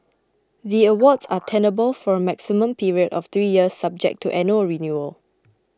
the awards are tenable for a maximum period of three years subject to annual renewal